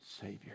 Savior